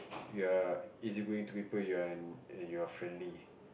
ya easy-going to people and you're friendly